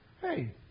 Hey